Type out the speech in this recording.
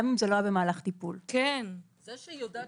גם אם זה לא היה במהלך טיפול זה שהיא יודעת